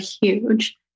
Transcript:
huge